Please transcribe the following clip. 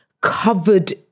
covered